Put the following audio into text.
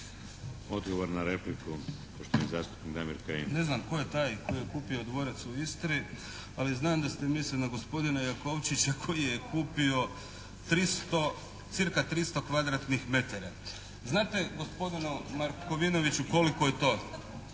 Odgovor na repliku, poštovani zastupnik Damir Kajin. **Kajin, Damir (IDS)** Ne znam tko je taj koji je kupio dvorac u Istri ali znam da se misli na gospodina Jakovičića koji je kupio 300, cca 300 kvadratnih metara. Znate gospodine Markovinoviću koliko je to?